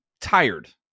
tired